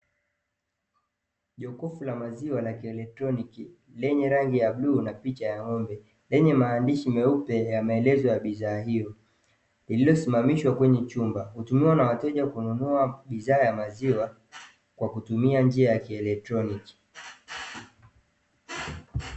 Jokofu la maziwa la kielektroniki lenye rangi ya bluu na picha ya ng'ombe lenye maandishi meupe ya maelezo ya bidhaa hiyo, lililosimamishwa kwenye chumba hutumiwa na wateja kununua bidhaa ya maziwa kwa kutumia njia ya kielektroniki.